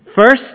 First